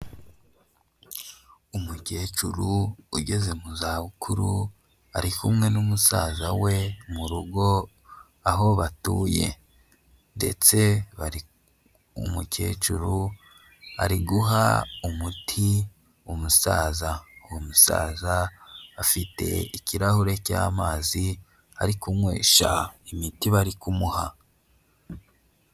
Umukecuru ugeze mu za bukuru ari kumwe n'umusaza we mu rugo aho batuye, ndetse umukecuru ari guha umuti umusaza, uwo musaza afite ikirahure cy'amazi ari kunywesha imiti bari kumuha.